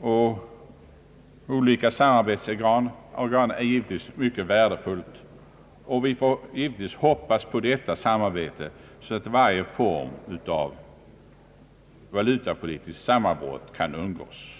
och olika samarbetsorgan är givetvis mycket värdefullt, och vi får hoppas att detta samarbete fungerar så att varje form av valutapolitiskt sammanbrott kan undvikas.